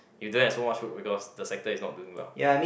you don't have so much work because the sector is not doing well